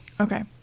okay